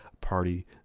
party